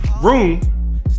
room